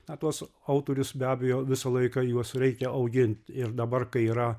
na tuos autorius be abejo visą laiką juos reikia augint ir dabar kai yra